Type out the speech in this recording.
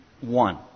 One